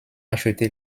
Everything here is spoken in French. acheté